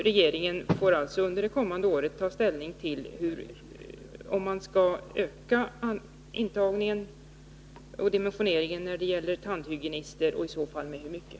Regeringen får alltså under det kommande året ta ställning till om man skall öka intagningen och dimensioneringen när det gäller tandhygienister och i så fall med hur mycket.